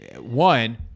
one –